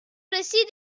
رسید